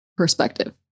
perspective